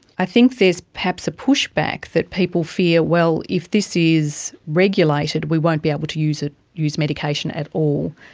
i think there is perhaps a pushback that people fear, well, if this is regulated we won't be able to use ah use medication at all,